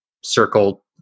circle